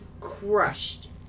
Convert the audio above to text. crushed